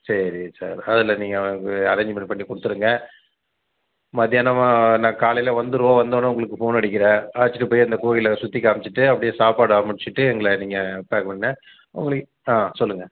சரி சார் அதில் நீங்கள் அதுக்கு அரேஞ்மெண்ட் பண்ணிக் கொடுத்துடுங்க மதியானமாக நான் காலையில் வந்துருவோம் வந்தவொன்னே உங்களுக்கு ஃபோன் அடிக்கிறேன் அழைச்சிட்டு போய் அந்த கோயிலை சுற்றி காமிச்சிவிட்டு அப்படியே சாப்பாடை முடிச்சிவிட்டு எங்களை நீங்கள் பேக் பண்ணுங்கள் உங்களுக்கு ஆ சொல்லுங்கள்